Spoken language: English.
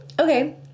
Okay